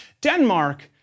Denmark